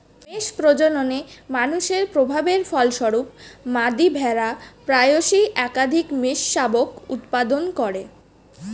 মেষ প্রজননে মানুষের প্রভাবের ফলস্বরূপ, মাদী ভেড়া প্রায়শই একাধিক মেষশাবক উৎপাদন করে